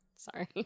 Sorry